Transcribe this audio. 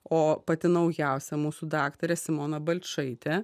o pati naujausia mūsų daktarė simona baltšaitė